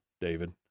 David